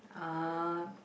uh